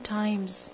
times